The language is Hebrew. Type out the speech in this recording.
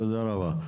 תודה רבה,